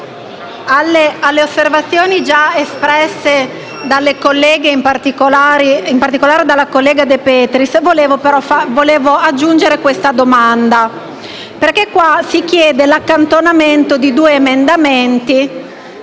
alle osservazioni già espresse dalle colleghe, in particolare dalla collega De Petris, volevo aggiungere una domanda. Si chiede l'accantonamento di due emendamenti